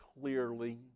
clearly